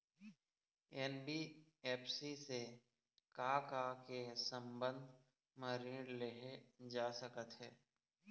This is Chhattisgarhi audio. एन.बी.एफ.सी से का का के संबंध म ऋण लेहे जा सकत हे?